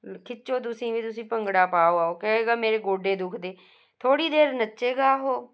ਖਿੱਚੋ ਤੁਸੀਂ ਵੀ ਤੁਸੀਂ ਭੰਗੜਾ ਪਾਓ ਆਓ ਕਹੇਗਾ ਮੇਰੇ ਗੋਡੇ ਦੁੱਖਦੇ ਥੋੜ੍ਹੀ ਦੇਰ ਨੱਚੇਗਾ ਉਹ